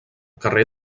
carrer